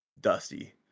Dusty